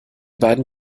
beiden